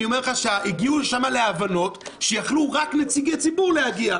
אני אומר לך שהגיעו שם להבנות שיכלו רק נציגי הציבור להגיע,